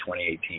2018